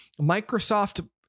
Microsoft